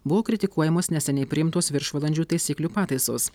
buvo kritikuojamos neseniai priimtos viršvalandžių taisyklių pataisos